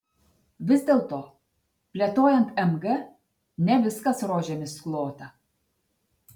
vis dėlto plėtojant mg ne viskas rožėmis klota